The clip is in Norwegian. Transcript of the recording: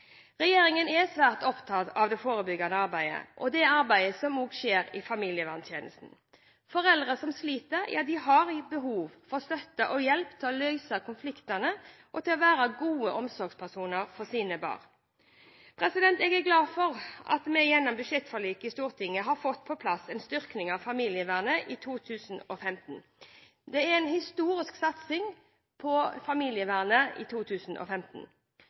Regjeringen er svært opptatt av det forebyggende arbeidet som skjer i familieverntjenesten. Foreldre som sliter, har behov for støtte og hjelp til å løse konfliktene og til å være gode omsorgspersoner for sine barn. Jeg er glad for at vi gjennom budsjettforliket i Stortinget har fått på plass en styrking av familievernet i 2015. Det er en historisk satsing på familievernet i 2015.